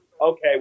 Okay